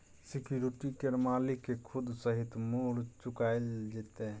security केर मालिक केँ सुद सहित मुर चुकाएल जेतै